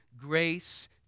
grace